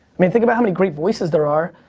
i mean, think about how many great voices there are.